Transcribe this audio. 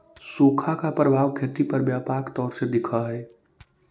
सुखा का प्रभाव खेती पर व्यापक तौर पर दिखअ हई